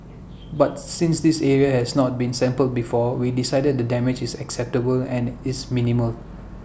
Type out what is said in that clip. but since this area has not been sampled before we decided the damage is acceptable and it's minimal